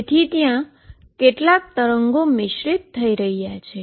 તેથી ત્યાં કેટલાક વેવમિશ્રિત થઈ રહ્યા છે